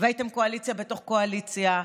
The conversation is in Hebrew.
והייתם קואליציה בתוך קואליציה,